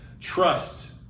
trust